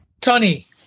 Tony